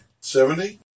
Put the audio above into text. Seventy